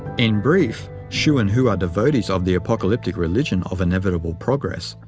in brief, shu and hu are devotees of the apocalyptic religion of inevitable progress,